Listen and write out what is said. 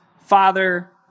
Father